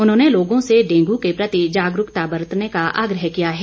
उन्होंने लोगों से डेंगू के प्रति जागरूकता बरतने का आग्रह किया है